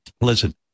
listen